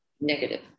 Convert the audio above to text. negative